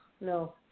no